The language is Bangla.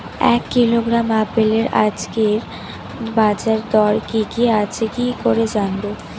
এক কিলোগ্রাম আপেলের আজকের বাজার দর কি কি আছে কি করে জানবো?